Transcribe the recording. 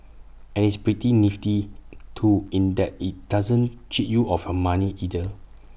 and it's pretty nifty too in that IT doesn't cheat you of her money either